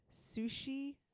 sushi